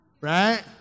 Right